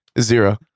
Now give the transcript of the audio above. zero